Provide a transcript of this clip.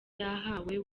yahawe